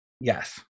Yes